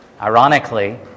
Ironically